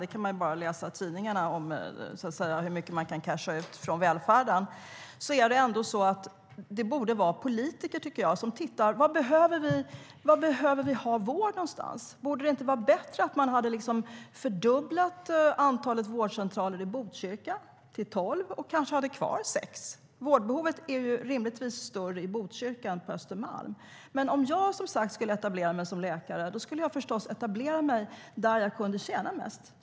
Det är bara att läsa i tidningarna om hur mycket man kan tjäna på välfärden. Men det borde vara politiker, tycker jag, som ser var det behövs vård någonstans. Borde det inte ha varit bättre att fördubbla antalet vårdcentraler i Botkyrka till tolv? Vårdbehovet är ju rimligtvis större i Botkyrka än på Östermalm.Om jag skulle etablera mig som läkare skulle jag förstås etablera mig där jag kunde tjäna mest.